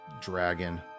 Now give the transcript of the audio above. dragon